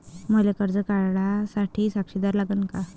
मले कर्ज काढा साठी साक्षीदार लागन का?